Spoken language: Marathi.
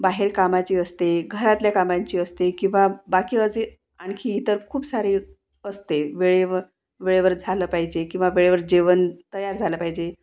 बाहेर कामाची असते घरातल्या कामांची असते किंवा बाकी असे आणखी इतर खूप सारी असते वेळेव वेळेवर झालं पाहिजे किंवा वेळेवर जेवण तयार झालं पाहिजे